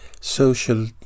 social